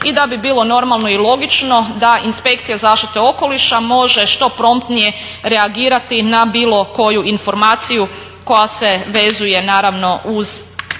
I da bi bilo normalno i logično da inspekcija zaštite okoliša može što promptnije reagirati na bilo koju informaciju koja se vezuje naravno uz ove stvari.